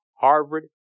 Harvard